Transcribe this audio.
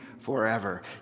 forever